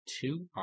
two